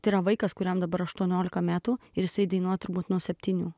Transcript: tai yra vaikas kuriam dabar aštuoniolika metų ir jisai dainuoja turbūt nuo septynių